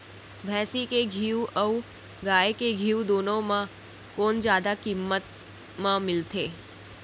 भैंसी के घीव अऊ गाय के घीव दूनो म कोन जादा किम्मत म मिलथे?